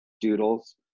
doodles